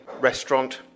restaurant